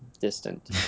distant